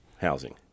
housing